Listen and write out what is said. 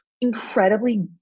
incredibly